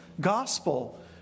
gospel